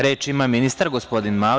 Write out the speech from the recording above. Reč ima ministar, gospodin Mali.